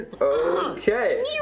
okay